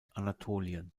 anatolien